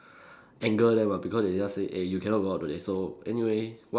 anger them ah because they just say eh you cannot go out today so anyway what